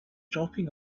dropping